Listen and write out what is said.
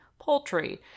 poultry